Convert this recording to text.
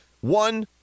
one